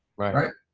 right. right.